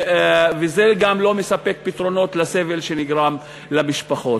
וזה גם לא מספק פתרונות לסבל שנגרם למשפחות.